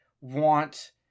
want